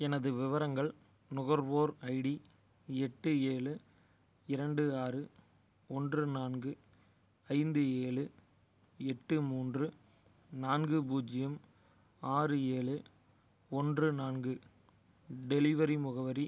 எனது விவரங்கள் நுகர்வோர் ஐடி எட்டு ஏழு இரண்டு ஆறு ஒன்று நான்கு ஐந்து ஏழு எட்டு மூன்று நான்கு பூஜ்ஜியம் ஆறு ஏழு ஒன்று நான்கு டெலிவரி முகவரி